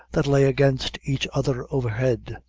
that lay against each other overhead.